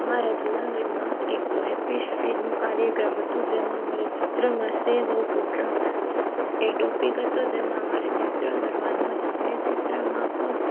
અમારા જુનાગઢમાં એક હેપી સ્ફીડનું કાર્યક્રમ હતું જેમાં અમારે ચિત્રમાં સે નો ટુ ડ્રગ્સ એ ટૉપિક હતો જેમાં અમારે ચિત્ર દોરવાનું હતું એ ચિત્રમાં પણ